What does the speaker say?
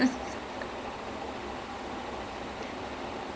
and he doesn't have random dudes I think that's probably the only difference